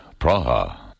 Praha